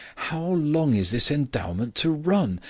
how long is this endowment to run?